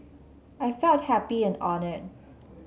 I felt happy and honoured